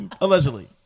Allegedly